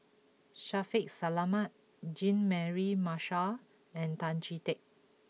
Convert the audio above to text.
Shaffiq Selamat Jean Mary Marshall and Tan Chee Teck